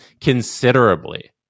considerably